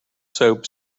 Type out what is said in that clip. soap